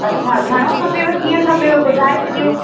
अच्छा घणो खपेव कींअ खपेव ॿुधाए छॾियो